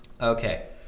Okay